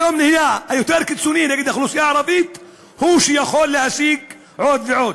היום היותר-קיצוני נגד האוכלוסייה הערבית הוא שיכול להשיג עוד ועוד.